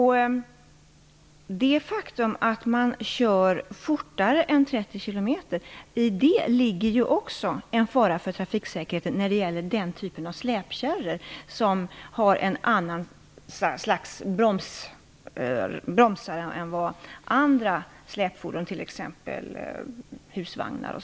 I det faktum att man kör fortare än 30 km i timmen ligger också en fara för trafiksäkerheten när det gäller den typen av släpkärror som har ett annat slags bromsar än vad andra släpfordon har, t.ex. husvagnar etc.